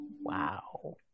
Wow